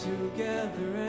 together